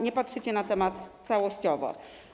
Nie patrzycie na temat całościowo.